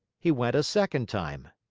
he went a second time,